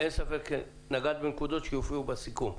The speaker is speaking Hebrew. אין ספק שנגעת בנקודות שיופיעו בסיכום.